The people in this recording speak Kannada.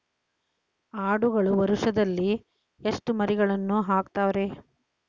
ಆಡುಗಳು ವರುಷದಲ್ಲಿ ಎಷ್ಟು ಮರಿಗಳನ್ನು ಹಾಕ್ತಾವ ರೇ?